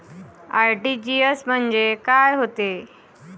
RTGS म्हंजे काय होते?